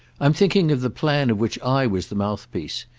i'm thinking of the plan of which i was the mouthpiece,